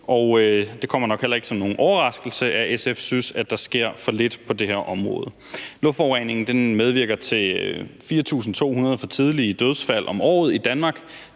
det kommer nok heller ikke som nogen overraskelse, at SF synes, at der sker for lidt på det her område. Luftforureningen medvirker til 4.200 for tidlige dødsfald om året i Danmark.